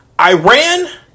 Iran